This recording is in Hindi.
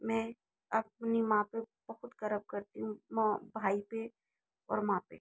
मैं अपनी माँ पे बहुत गर्व करती हूँ मो भाई पे और माँ पे